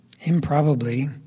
improbably